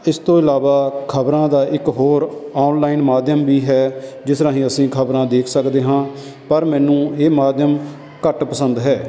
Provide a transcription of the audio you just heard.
ਇਸ ਤੋਂ ਇਲਾਵਾ ਖਬਰਾਂ ਦਾ ਇੱਕ ਹੋਰ ਓਨਲਾਈਨ ਮਾਧਿਅਮ ਵੀ ਹੈ ਜਿਸ ਰਾਹੀਂ ਅਸੀਂ ਖਬਰਾਂ ਦੇਖ ਸਕਦੇ ਹਾਂ ਪਰ ਮੈਨੂੰ ਇਹ ਮਾਧਿਅਮ ਘੱਟ ਪਸੰਦ ਹੈ